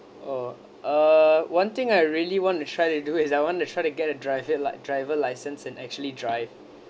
oh uh one thing I really want to try to do is I wanted to try to get a driver driver licence and actually drive